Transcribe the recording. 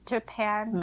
Japan